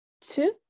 two